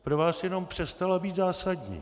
Pro vás jenom přestala být zásadní.